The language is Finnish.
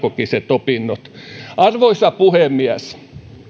lisäkoulutuksella opettajan pedagogiset opinnot arvoisa puhemies